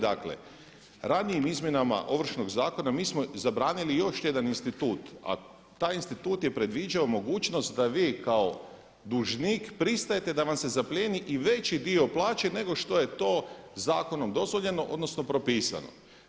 Dakle ranijim izmjenama Ovršnog zakona mi smo zabranili još jedan institut, a taj institut je predviđao mogućnost da vi kao dužnik pristajte da vam se zaplijeni i veći dio plaće nego što je to zakonom dozvoljeno odnosno propisano.